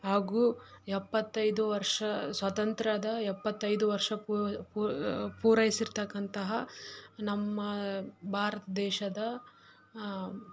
ಹಾಗೂ ಎಪ್ಪತ್ತೈದು ವರ್ಷ ಸ್ವಾತಂತ್ರ್ಯದ ಎಪ್ಪತ್ತೈದು ವರ್ಷ ಪೂರೈಸಿರತಕ್ಕಂತಹ ನಮ್ಮ ಭಾರತ ದೇಶದ